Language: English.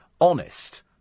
honest